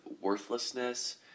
worthlessness